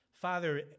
Father